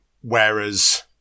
whereas